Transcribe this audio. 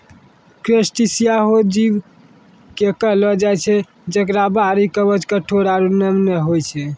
crustacea हो जीव कॅ कहलो जाय छै जेकरो बाहरी कवच कठोर आरो नम्य होय छै